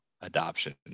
adoption